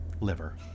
liver